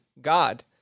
God